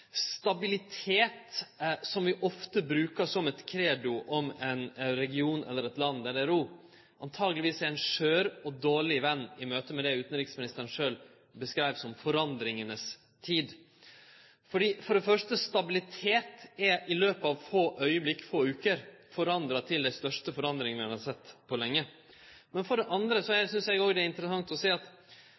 stabilitet – som vi ofte brukar som eit credo om ein region eller eit land der det er ro – truleg er ein skjør og dårleg ven i møte med det utanriksministeren sjølv skildrar som «forandringenes tid». For det første er «stabilitet» i løpet av få augeblinkar, eller på få veker, forandra til den største forandringa vi har sett på lenge. Men for det andre synest eg òg det er interessant å sjå at